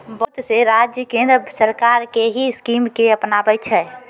बहुत से राज्य केन्द्र सरकार के ही स्कीम के अपनाबै छै